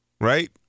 right